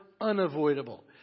unavoidable